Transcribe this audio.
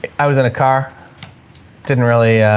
i was in a car didn't really,